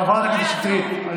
תודה, חברת הכנסת שטרית.